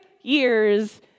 years